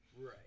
Right